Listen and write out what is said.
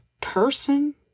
person